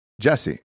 Jesse